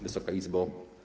Wysoka Izbo!